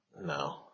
No